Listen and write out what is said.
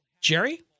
Jerry